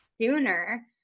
sooner